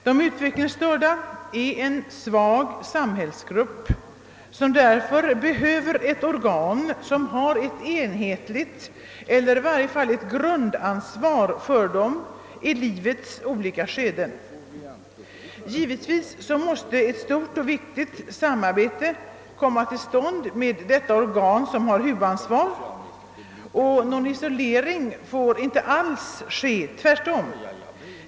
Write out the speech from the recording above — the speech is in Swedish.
De utvecklingstörda utgör en svag samhällsgrupp och behöver därför ett organ med enhetligt ansvar — eller i varje fall med ett grundansvar för dem i livets olika skeden. Givetvis måste ett intimt samarbete etableras med det organ som skall ha grundansvaret, och någon isolering får där inte förekomma. Tvärtom.